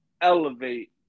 elevate